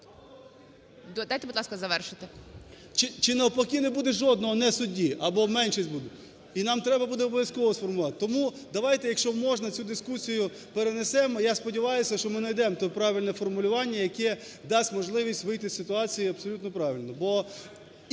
Дайте, будь ласка, завершити. КНЯЗЕВИЧ Р.П. Чи навпаки не буде жодного не судді, або меншість буде. І нам треба буде обов'язково сформувати. Тому давайте, якщо можна, цю дискусію перенесемо. Я сподіваюся, що ми найдемо правильне формулювання, яке дасть можливість вийти з ситуації абсолютно правильно.